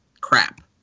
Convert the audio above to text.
crap